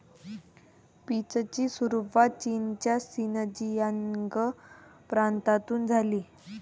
पीचची सुरुवात चीनच्या शिनजियांग प्रांतातून झाली